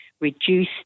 reduce